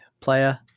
player